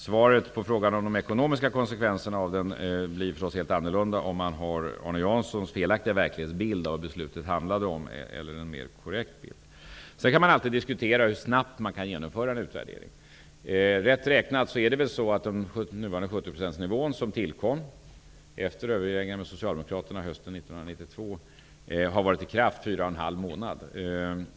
Svaret på frågan om de ekonomiska konsekvenserna blir förstås helt annorlunda om man har Arne Janssons felaktiga verklighetsbild av vad beslutet handlade om än om man har en mer korrekt bild. Man kan alltid diskutera hur snabbt en utvärdering kan genomföras. Rätt räknat har den nuvarande 70-procentsnivån, som tillkom efter överväganden med Socialdemokraterna hösten 1992, varit i kraft i fyra och en halv månad.